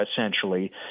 essentially